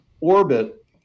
orbit